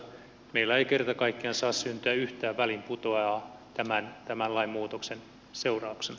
meille ei kerta kaikkiaan saa syntyä yhtään väliinputoajaa tämän lainmuutoksen seurauksena